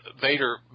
Vader